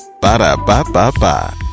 Ba-da-ba-ba-ba